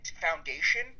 foundation